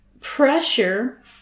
pressure